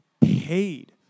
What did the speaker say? paid